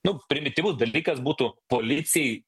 nu primityvus dalykas būtų policijai